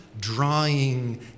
drawing